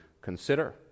consider